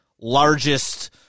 largest